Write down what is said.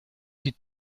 sie